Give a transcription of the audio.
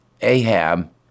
Ahab